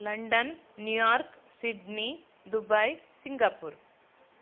London New York Sydney Dubai Singapore